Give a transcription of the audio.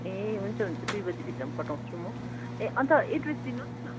ए हुन्छ हुन्छ दुई बजीभित्रमा पठाउँछु म ए अन्त एड्रेस दिनुहोस् न